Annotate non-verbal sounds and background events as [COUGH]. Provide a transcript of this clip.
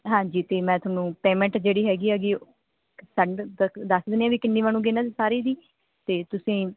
ਹਾਂਜੀ ਅਤੇ ਮੈਂ ਤੁਹਾਨੂੰ ਪੇਮੈਂਟ ਜਿਹੜੀ ਹੈਗੀ ਹੈਗੀ [UNINTELLIGIBLE] ਦਕ ਦੱਸ ਜਾਣਿਆ ਦੀ ਕਿੰਨੀ ਬਣੂਗੀ ਇਹਨਾਂ ਦੀ ਸਾਰੀ ਦੀ ਅਤੇ ਤੁਸੀਂ